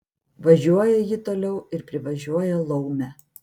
važiuoja ji toliau ir privažiuoja laumę